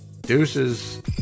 Deuces